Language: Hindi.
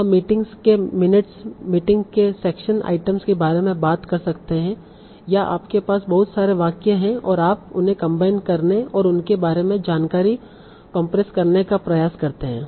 हम मीटिंग्स के मिनट्स मीटिंग के सेक्शन आइटम्स के बारे में बात कर सकते हैं या आपके पास बहुत सारे वाक्य हैं और आप उन्हें कंबाइन करने और उनके बारे में जानकारी कॉम्प्रेस करने का प्रयास करते हैं